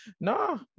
No